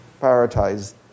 prioritized